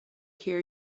hear